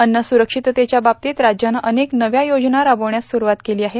अन्न स्ररक्षिततेच्या बाबतीत राज्यानं अनेक नव्या योजना राबविण्यास स्ररूवात केली आहे